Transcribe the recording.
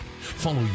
Follow